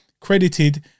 credited